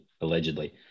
allegedly